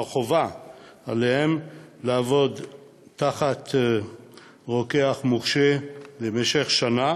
חובה עליהם לעבוד תחת רוקח מורשה במשך שנה,